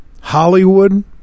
Hollywood